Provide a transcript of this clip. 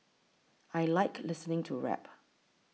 I like listening to rap